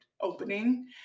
opening